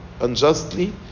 unjustly